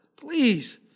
please